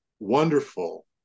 wonderful